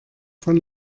von